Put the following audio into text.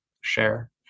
share